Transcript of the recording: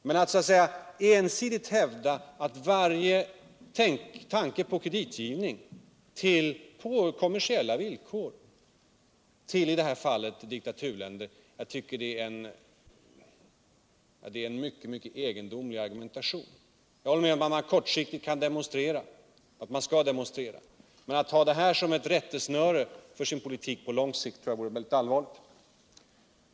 Men att ensidigt gå emot varje tanke på kreditgivning på kommersiella villkor till diktaturländer tvcker jag är mycket egendomligt. Jag häller med om att man kortsiktigt kan och skall demonstrera, men att ha det som ett rättesnöre för sin politik på lång sikt tror jag vore direkt felaktigt.